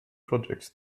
projects